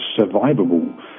survivable